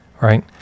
right